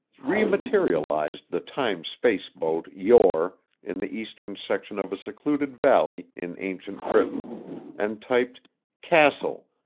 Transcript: re-materialized the time-space boat yore in the eastern section of a secluded valley in ancient britain and typed castle,